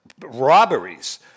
robberies